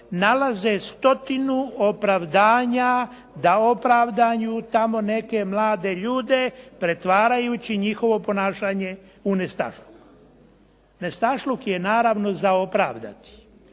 nalaze stotinu opravdanja da opravdaju tamo neke mlade ljude pretvarajući njihovo ponašanje u nestašluk. Nestašluk je naravno za opravdati,